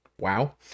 wow